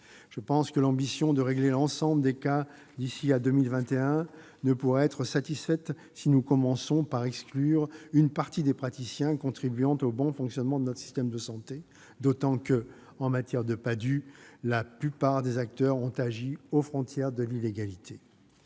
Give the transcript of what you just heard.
les Ehpad. L'ambition de régler l'ensemble des cas d'ici à 2021 ne pourra être satisfaite si nous commençons par exclure une partie des praticiens contribuant au bon fonctionnement de notre système de santé, d'autant que, pour ce qui concerne les Padhue, la plupart des acteurs ont agi aux frontières de l'illégalité.